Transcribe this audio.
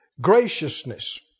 graciousness